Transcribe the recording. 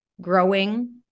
growing